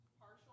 Partial